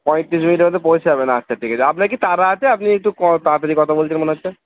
পঁয়ত্রিশ মিনিটের মধ্যে পৌঁছে যাবেন আচ্ছা ঠিক আছে আপনার কি তাড়া আছে আপনি একটু তাড়াতাড়ি কথা বলছেন মনে হচ্ছে